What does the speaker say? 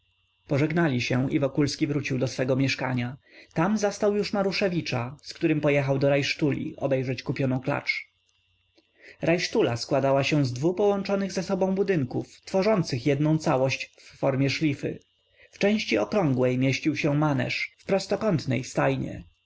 pożegnali się i wokulski wrócił do swego mieszkania tam zastał już maruszewicza z którym pojechał do rajtszuli obejrzeć kupioną klacz rajtszula składała się z dwu połączonych ze sobą budynków tworzących jednę całość w formie szlify w części okrągłej mieścił się maneż w prostokątnej stajnie